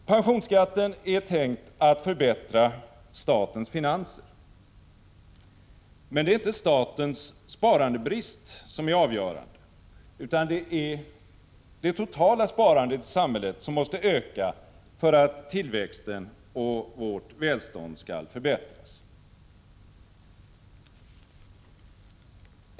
Pensionsskatten är tänkt att förbättra statens finanser. Det är dock inte statens sparandebrist som är avgörande, utan det är det totala sparandet i samhället som måste öka för att tillväxten och vårt välstånd skall förbättras.